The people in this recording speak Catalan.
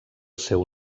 seu